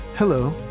Hello